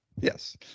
yes